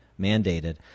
mandated